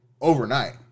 overnight